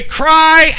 cry